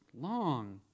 long